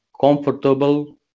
comfortable